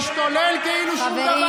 השתולל כאילו שום דבר.